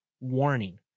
Warning